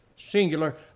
singular